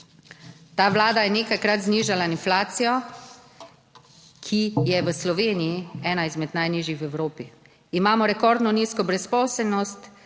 Ta Vlada je nekajkrat znižala inflacijo. Ki je v Sloveniji ena izmed najnižjih v Evropi. Imamo rekordno nizko brezposelnost,